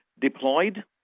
deployed